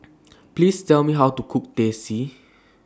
Please Tell Me How to Cook Teh C